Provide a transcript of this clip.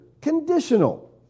conditional